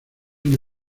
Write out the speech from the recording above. una